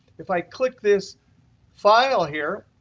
if i click this file here,